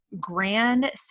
grand